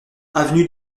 avenue